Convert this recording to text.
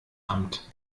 amt